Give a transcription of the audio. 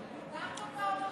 עוד?